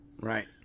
Right